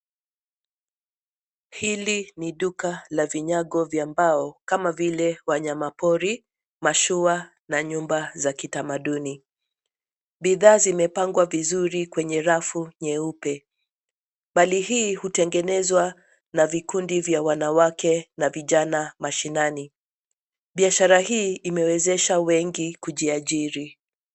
Hili ni duka la vinyago vya mbao kama vile wanyamapori, mashua, na nyumba za kitamaduni. Bidhaa zimepangwa vizuri kwenye rafu nyeupe. Mali hii hutengenezwa na vikundi vya wanawake na vijana mashinani. Biashara hii imewezesha wengi kujiajiri.